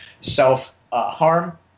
self-harm